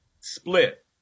split